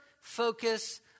focus